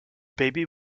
baby